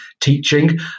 teaching